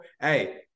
Hey